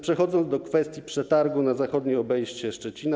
Przechodzę do kwestii przetargu na zachodnie obejście Szczecina.